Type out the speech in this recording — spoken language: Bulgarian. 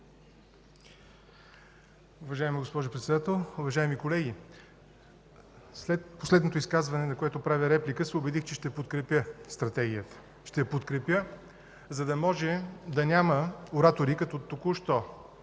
Уважаема госпожо Председател, уважаеми колеги! След последното изказване, на което правя реплика, се убедих, че ще подкрепя Стратегията. Ще я подкрепя, за да може да няма оратори, като току-що